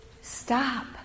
stop